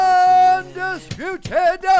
undisputed